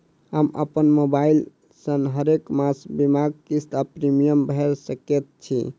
हम अप्पन मोबाइल सँ हरेक मास बीमाक किस्त वा प्रिमियम भैर सकैत छी?